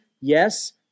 yes